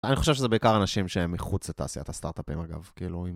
אני חושב שזה בעיקר אנשים שהם מחוץ לתעשיית הסטארטאפים, אגב.